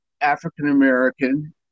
African-American